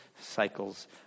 cycles